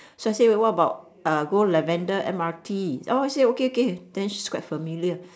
so I said what about uh go lavender M_R_T orh she say okay okay then she's quite familiar